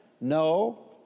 no